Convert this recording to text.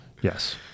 Yes